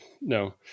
No